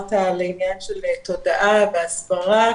דיברת על עניין של תודעה והסברה,